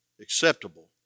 acceptable